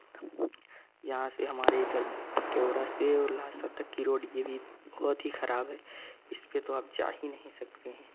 यहाँ से हमारे इधर भटेरवा से लासतक कि रोड यह भी बहुत ही खराब है इस पर तो आप जा ही नहीं सकते हैं